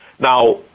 Now